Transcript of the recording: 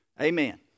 Amen